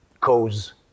cause